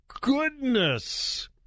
goodness